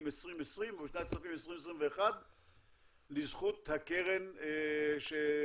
2020 ובשנת הכספים 2021 לזכות הקרן שתקום.